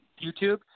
YouTube